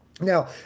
Now